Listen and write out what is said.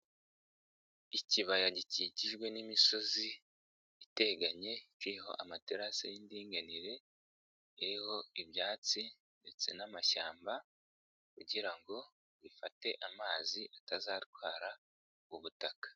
Ikibaya gikikijwe n'imisozi iteganye, kiriho amaterasi y'indinganire, iriho ibyatsi ndetse n'amashyamba kugira ngo bifate amazi atazatwara ubutaka.